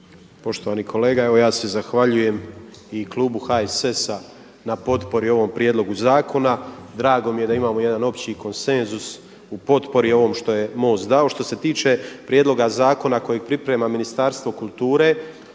Poštovani kolega evo ja se zahvaljujem i klubu HSS-a na potpori u ovom prijedlogu zakona. Drago mi je da imamo jedan opći konsenzus u potpori ovom što je MOST dao. Što se tiče prijedloga zakona kojeg priprema Ministarstvo kulture,